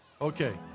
Okay